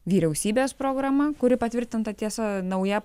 vyriausybės programa kuri patvirtinta tiesa nauja